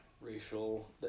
racial